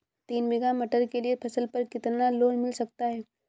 तीन बीघा मटर के लिए फसल पर कितना लोन मिल सकता है?